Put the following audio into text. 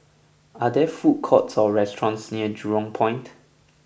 are there food courts or restaurants near Jurong Point